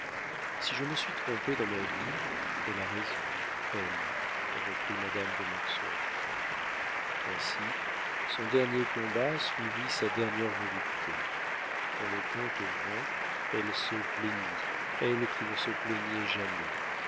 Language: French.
si je me suis trompée dans ma vie elle a raison elle reprit madame de mortsauf ainsi son dernier combat suivit sa dernière volupté quand le comte vint elle se plaignit elle qui ne se plaignait jamais